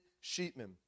sheepman